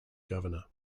governor